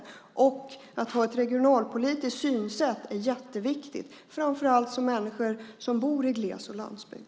Det är jätteviktigt att ha ett regionalpolitiskt synsätt, framför allt för människor som bor i gles och landsbygd.